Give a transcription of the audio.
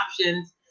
options